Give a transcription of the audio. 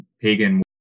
pagan